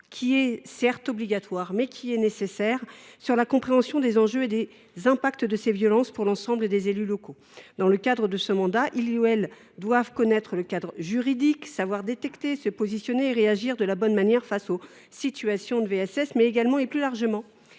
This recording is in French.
une formation, obligatoire mais nécessaire, à la compréhension des enjeux et des conséquences de ces violences pour l’ensemble des élus locaux. Dans le cadre de leur mandat, ces derniers doivent connaître le cadre juridique, savoir détecter, se positionner et réagir de la bonne manière face aux situations de VSS, et plus largement,